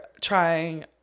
trying